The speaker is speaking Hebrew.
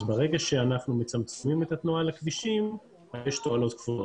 אז ברגע שאנחנו מצמצמים את התנועה על הכבישים יש תועלות כפולות.